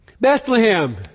Bethlehem